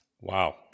Wow